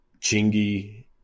Chingy